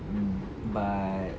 um but